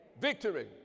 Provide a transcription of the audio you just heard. Victory